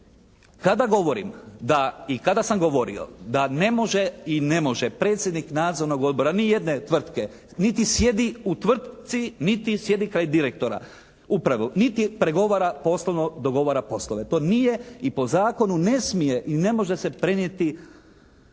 sam govorio da ne može i ne može predsjednik nadzornog odbora nijedne tvrtke niti sjedi u tvrtci, niti sjedi kraj direktora uprave niti pregovara poslovno, dogovara poslove. To nije i po zakonu ne smije i ne može se prenijeti taj